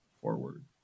Forward